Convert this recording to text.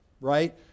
right